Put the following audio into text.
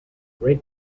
great